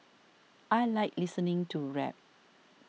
I like listening to rap